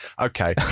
okay